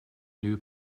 new